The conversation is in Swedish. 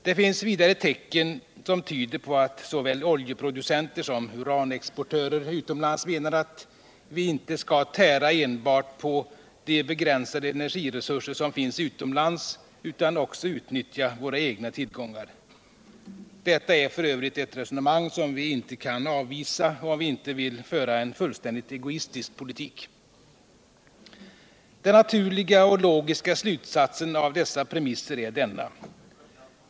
Det finns vidare tecken som tyder på atv såväl oljeproducenter som uranexportörer utomlands menar att vi inte skall tära enbart på de begränsade encergiresurser som finns utomlands utan också utnyttja våra egna tillgångar. Detta är f. ö. ett resonemang som vi inte kan avvisa, om vi inte vill föra en fullständigt egoistisk politik. Den naturliga och logiska slutsatsen av dessa premisser är denna.